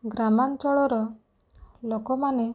ଗ୍ରାମାଞ୍ଚଳର ଲୋକମାନେ